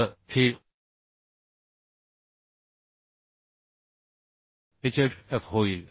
तर हे Hf होईल